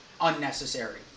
unnecessary